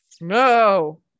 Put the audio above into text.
No